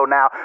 Now